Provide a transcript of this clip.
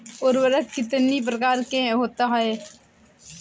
उर्वरक कितनी प्रकार के होता हैं?